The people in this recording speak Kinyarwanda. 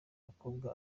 bakobwa